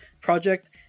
project